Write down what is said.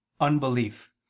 unbelief